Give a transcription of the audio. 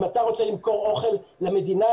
אם אתה רוצה למכור אוכל למדינה,